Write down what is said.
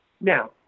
Now